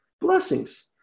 blessings